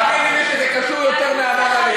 תאמיני לי שזה קשור ליהדות יותר מעמונה,